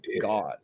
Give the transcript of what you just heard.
god